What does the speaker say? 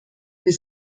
wir